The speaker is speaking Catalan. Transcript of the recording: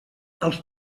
els